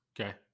Okay